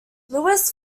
lewis